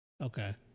okay